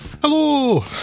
Hello